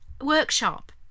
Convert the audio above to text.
workshop